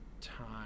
time